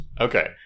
Okay